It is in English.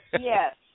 Yes